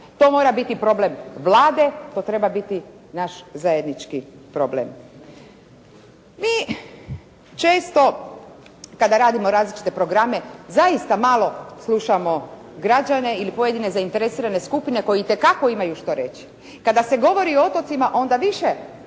To mora biti problem Vlade. To treba biti naš zajednički problem. Mi često kada radimo različite programe zaista malo slušamo građane ili pojedine zainteresirane skupine koji itekako imaju što reći. Kada se govori o otocima, a onda više